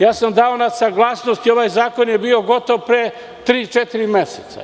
Dao sam na saglasnost, ovaj zakon je bio gotov pre 3-4 meseca.